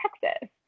Texas